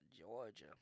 Georgia